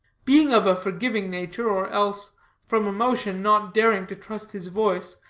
being of a forgiving nature, or else from emotion not daring to trust his voice,